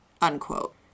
unquote